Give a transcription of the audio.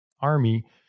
Army